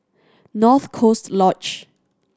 North Coast Lodge